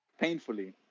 painfully